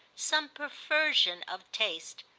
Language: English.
some perversion of taste.